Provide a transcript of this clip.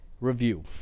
review